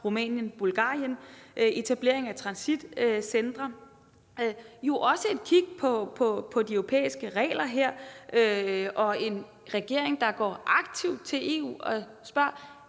Rumænien og Bulgarien; etablering af transitcentre; også et kig på de europæiske regler for det og en regering, der går aktivt til EU og spørger: